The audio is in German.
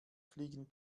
fliegen